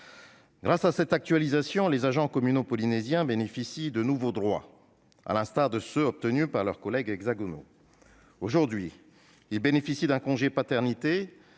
Grâce à cette actualisation, les agents communaux polynésiens bénéficient de nouveaux droits, à l'instar de ceux obtenus par leurs collègues hexagonaux. Aujourd'hui, ils bénéficient d'un congé paternité,